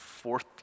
fourth